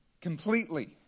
completely